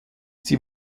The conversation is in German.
sie